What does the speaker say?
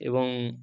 এবং